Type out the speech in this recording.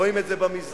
רואים את זה במזנון,